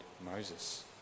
Moses